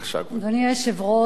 אדוני היושב-ראש,